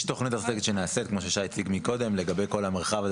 יש תוכנית כמו ששי הציג מקודם לגבי כל המרחב הזה